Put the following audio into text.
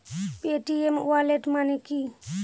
Paytm wallet মানে কি?